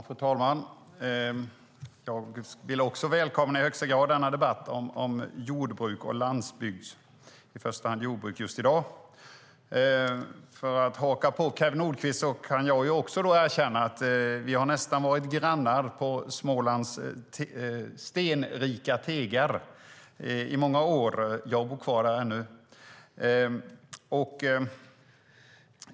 Fru talman! Jag skulle också i högsta grad välkomna en debatt om jordbruk och landsbygd - i dag i första hand jordbruk. För att haka på Kew Nordqvist kan jag erkänna att vi nästan har varit grannar på Smålands stenrika tegar, i många år. Jag bor kvar där än.